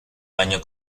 año